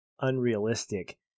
unrealistic